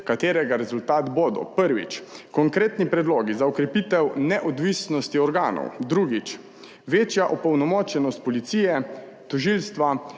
katerega rezultat bodo, prvič, konkretni predlogi za okrepitev neodvisnosti organov. Drugič, večja opolnomočenost policije, tožilstva